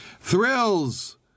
thrills